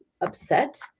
upset